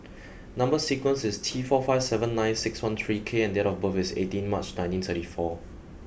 number sequence is T four five seven nine six one three K and date of birth is eighteen March nineteen thirty four